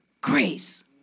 grace